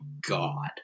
God